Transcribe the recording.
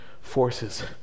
forces